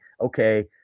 okay